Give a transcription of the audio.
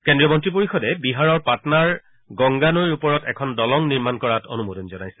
কেন্দ্ৰীয় মন্ত্ৰী পৰিষদে বিহাৰৰ পাটনাৰ গংগা নৈৰ ওপৰত এখন দলং নিৰ্মাণ কৰাত অনুমোদন জনাইছে